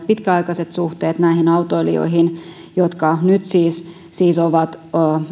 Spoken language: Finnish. pitkäaikaiset suhteet näihin autoilijoihin jotka nyt siis siis ovat